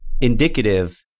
indicative